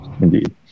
Indeed